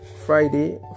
Friday